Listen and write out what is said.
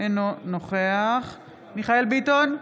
אינו נוכח מיכאל מרדכי ביטון,